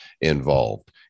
involved